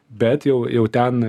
bet jau jau ten